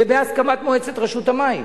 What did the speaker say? ובהסכמת מועצת רשות המים,